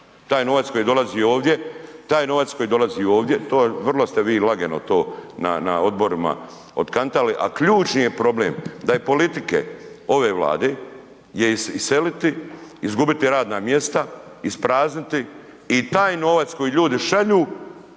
taj novac koji dolazi ovdje, to je, vrlo ste vi lagano to na odborima otkantali a ključni je problem da je politike ove Vlade je iseliti, izgubiti radna mjesta, isprazniti i taj novac koji ljudi šalju